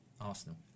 Arsenal